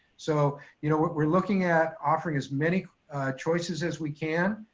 so you know we're looking at offering as many choices as we can,